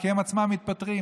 כי הם עצמם מתפטרים.